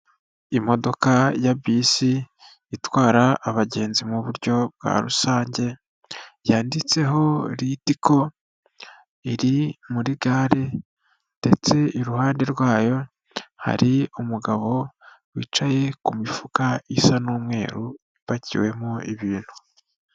Imodoka ya bisi itwara abagenzi mu buryo bwa rusange, yanditseho ritiko iri muri gare, ndetse iruhande rwayo hari umugabo wicaye ku mifuka isa n'umweru ipakiwemo ibintu.